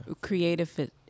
Creative